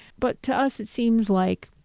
but to us, it seems like